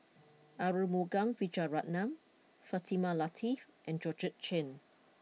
Arumugam Vijiaratnam Fatimah Lateef and Georgette Chen